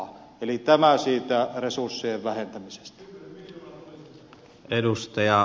eli tämä siitä resurssien vähentämisestä